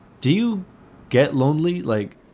do you get lonely? like,